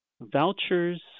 Vouchers